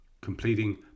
Completing